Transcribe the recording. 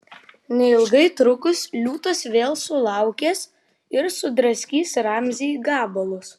neilgai trukus liūtas vėl sulaukės ir sudraskys ramzį į gabalus